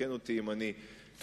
תקן אותי אם אני טועה.